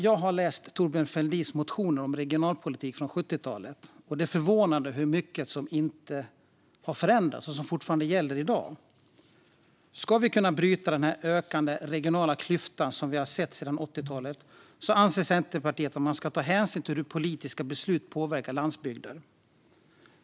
Jag har läst Thorbjörn Fälldins motioner om regionalpolitik från 70-talet, och det är förvånande hur mycket som inte har förändrats och som fortfarande gäller i dag. Om vi ska kunna bryta den ökande regionala klyftan som vi har sett sedan 80-talet anser Centerpartiet att man ska ta hänsyn till hur politiska beslut påverkar landsbygden.